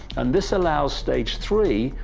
and this allows stage three,